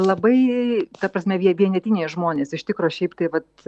labai ta prasme vie vienetiniai žmonės iš tikro šiaip tai vat